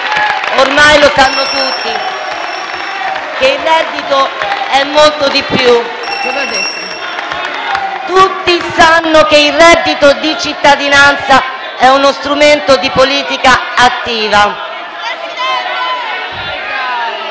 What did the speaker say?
Ormai lo sanno tutti che il reddito è molto di più. Tutti sanno che il reddito di cittadinanza è uno strumento di politica attiva.